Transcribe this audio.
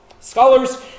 Scholars